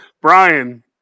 Brian